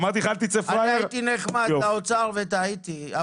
הייתי נחמד כלפי האוצר וטעיתי,